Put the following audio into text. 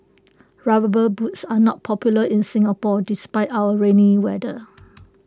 rubber boots are not popular in Singapore despite our rainy weather